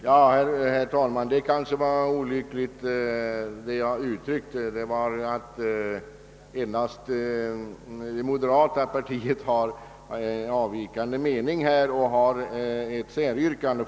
Herr talman! Jag uttryckte mig kanske olyckligt när jag sade att endast moderata samlingspartiet har en avvikande mening här och har ett säryrkande.